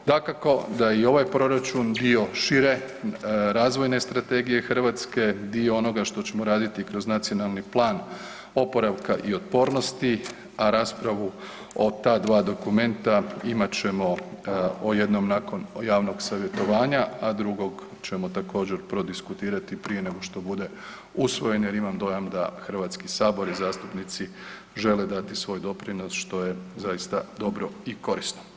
Dakako da je i ovaj proračun dio šire Razvojne strategije Hrvatske, dio onoga što ćemo raditi kroz Nacionalni plan oporavka i otpornost, a raspravu o ta dva dokumenta imat ćemo jednom nakon javnog savjetovanja, a drugog ćemo također prodiskutirati prije nego što bude usvojen jer imam dojam da HS i zastupnici žele dati svoj doprinos što je zaista dobro i korisno.